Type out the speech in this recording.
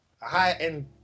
high-end